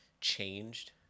changed